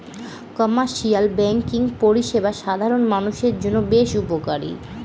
commercial banking পরিষেবা সাধারণ মানুষের জন্য বেশ উপকারী